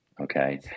okay